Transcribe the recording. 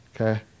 Okay